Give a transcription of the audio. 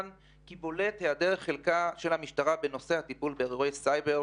שבולט היעדר חלקה של המשטרה בטיפול באירועים אלו.